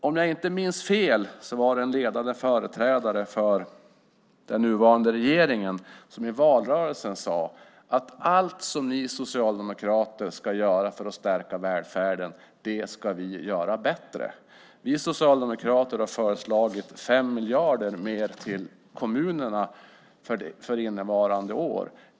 Om jag inte minns fel var det en ledande företrädare för den nuvarande regeringen som i valrörelsen sade: Allt som ni socialdemokrater ska göra för att stärka välfärden ska vi göra bättre. Vi socialdemokrater har föreslagit 5 miljarder mer till kommunerna för innevarande år.